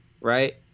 right